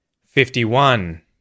Fifty-one